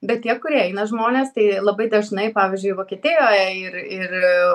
bet tie kurie eina žmonės tai labai dažnai pavyzdžiui vokietijoj ir ir